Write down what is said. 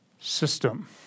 system